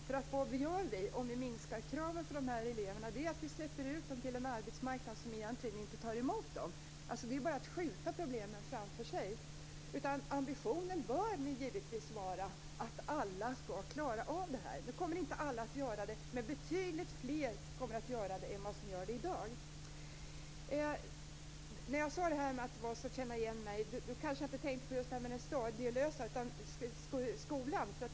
Vad gör vi om vi minskar kraven för de här eleverna? Jo, vi släpper ut dem till en arbetsmarknad som egentligen inte tar emot dem. Det är bara att skjuta problemen framför sig. Ambitionen bör givetvis vara att alla skall klara av det här. Nu kommer inte alla att göra det, men betydligt fler kommer att göra det än i dag. När jag sade att det var som att känna igen mig kanske jag inte tänkte just på den stadielösa skolan.